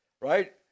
right